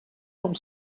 del